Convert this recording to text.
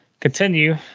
Continue